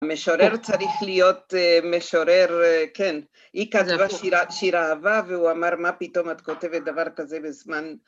המשורר צריך להיות משורר, כן. איקה זה לא שיר אהבה והוא אמר, מה פתאום את כותבת דבר כזה בזמן...